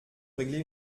régler